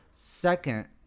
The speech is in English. Second